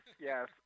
Yes